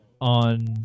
on